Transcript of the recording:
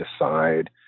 decide